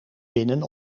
winnen